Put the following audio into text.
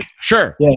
sure